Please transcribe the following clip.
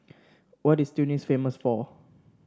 what is Tunis famous for